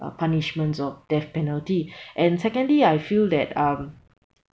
uh punishments of death penalty and secondly I feel that um